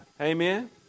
amen